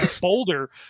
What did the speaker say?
Boulder